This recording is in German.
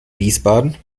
wiesbaden